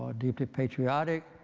ah deeply patriotic